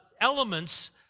elements